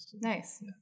nice